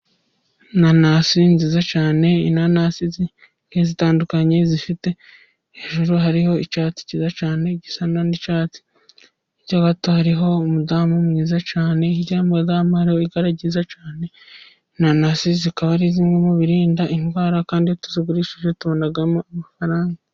Inanasi nziza cyane, inanasi zitandukanye zifite hejuru hariho icyatsi cyiza cyane, hirya gato hariho umudamu mwiza cyane cyangwa zamara wigerageza cyane. naanasi zikaba ari zimwe mu birinda indwara kandi twazigurisha tukabona amafaranga.